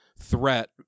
threat